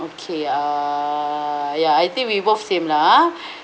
okay err ya I think we both same lah